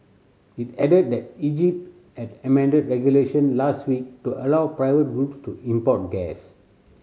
it added that Egypt had amended regulation last week to allow private group to import gas